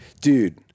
dude